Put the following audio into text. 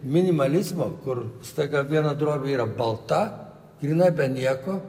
minimalizmo kur staiga viena drobė yra balta gryna be nieko